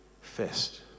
first